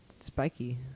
spiky